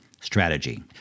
strategy